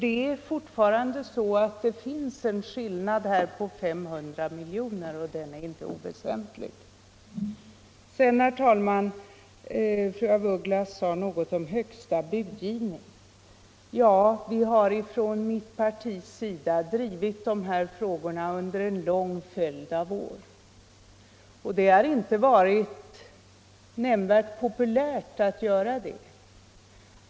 Det är alltså fortfarande en skillnad på 500 miljoner, och den är inte oväsentlig. Fru af Ugglas sade något om högsta budgivningen. I mitt parti har vi drivit dessa frågor under en lång följd av år. Det har inte varit nämnvärt populärt tidigare.